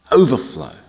Overflow